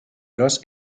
los